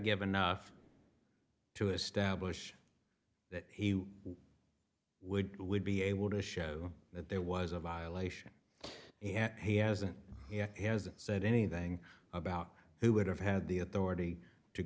give enough to establish that he would would be able to show that there was a violation he hasn't he hasn't said anything about who would have had the authority to